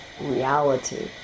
reality